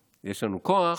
יש לנו כוח.